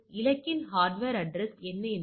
n என்பது தரவு புள்ளிகளின் எண்ணிக்கை